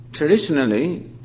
Traditionally